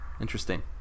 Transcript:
Interesting